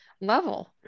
level